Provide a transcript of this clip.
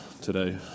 today